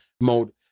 mode